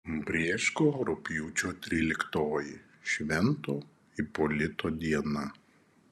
brėško rugpjūčio tryliktoji švento ipolito diena